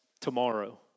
Tomorrow